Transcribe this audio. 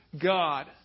God